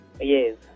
Yes